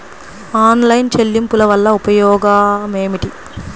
Online చెల్లింపుల వల్ల ఉపయోగమేమిటీ?